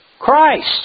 Christ